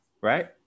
right